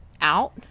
out